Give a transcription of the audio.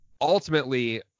Ultimately